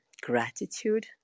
gratitude